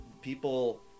people